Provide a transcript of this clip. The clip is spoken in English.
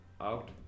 out